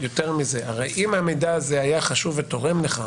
הרי אם המידע הזה היה חשוב ותורם לך,